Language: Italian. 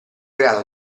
grado